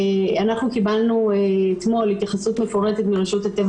אנחנו קיבלנו אתמול התייחסות מפורטת מרשות הטבע